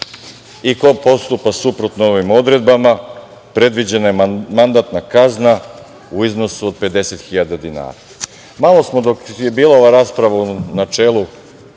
Ko postupa suprotno ovim odredbama, predviđena je mandatna kazna u iznosu od 50.000 dinara. Malo smo dok je bila ova rasprava u načelu,